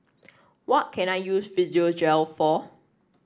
what can I use Physiogel for